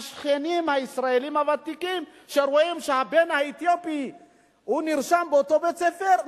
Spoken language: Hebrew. השכנים הישראלים הוותיקים שרואים שהבן האתיופי נרשם באותו בית-ספר,